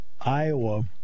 Iowa